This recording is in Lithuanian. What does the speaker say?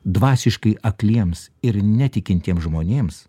dvasiškai akliems ir netikintiems žmonėms